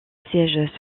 sièges